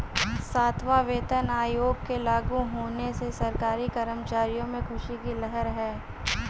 सातवां वेतन आयोग के लागू होने से सरकारी कर्मचारियों में ख़ुशी की लहर है